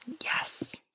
Yes